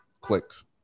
clicks